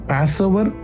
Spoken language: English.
Passover